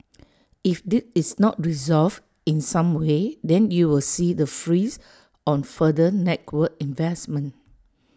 if this is not resolved in some way then you will see the freeze on further network investment